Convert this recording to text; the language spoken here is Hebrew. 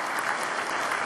(מחיאות כפיים)